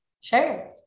sure